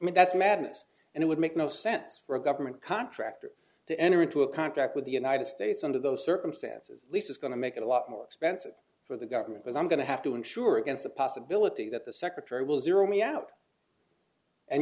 mean that's madness and it would make no sense for a government contractor to enter into a contract with the united states under those circumstances lease is going to make it a lot more expensive for the government was i'm going to have to insure against the possibility that the secretary will zero me out and